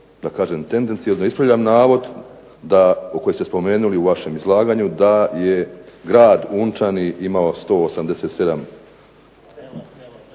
da kažem tendenciozno. Ispravljam navod da, koji ste spomenuli u vašem izlaganju, da je grad Unčani imao 187.